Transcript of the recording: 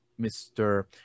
Mr